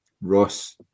Ross